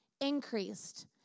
increased